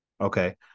okay